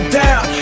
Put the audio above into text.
down